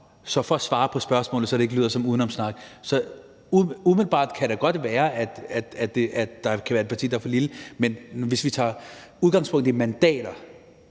Men for at svare på spørgsmålet, så det ikke lyder som udenomssnak, kan det umiddelbart godt være, at der er et parti, der er for lille, men hvis vi tager udgangspunkt i mandater,